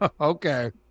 Okay